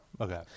Okay